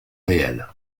réels